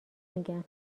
میگم